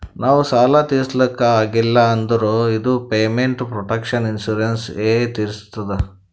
ನಾವ್ ಸಾಲ ತಿರುಸ್ಲಕ್ ಆಗಿಲ್ಲ ಅಂದುರ್ ಇದು ಪೇಮೆಂಟ್ ಪ್ರೊಟೆಕ್ಷನ್ ಇನ್ಸೂರೆನ್ಸ್ ಎ ತಿರುಸ್ತುದ್